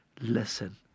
Listen